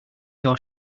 your